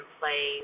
play